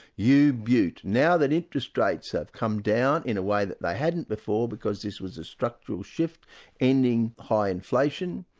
you beaut, now that interest rates have come down in a way that they hadn't before' because this was a structural shift ending high inflation,